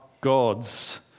God's